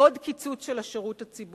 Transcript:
עוד קיצוץ של השירות הציבורי,